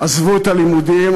עזבו את הלימודים,